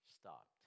stopped